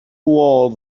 all